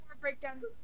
breakdowns